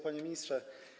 Panie Ministrze!